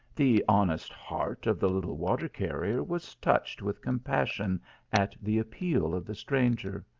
the honest heart of the little water-carrier was touched with compassion at the appeal of the stranger.